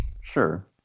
sure